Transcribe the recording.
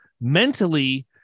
mentally